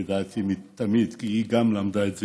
לדעתי, תמיד, כי היא גם למדה את זה.